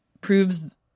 proves